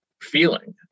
feeling